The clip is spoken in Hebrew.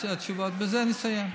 התשובות, ובזה נסיים.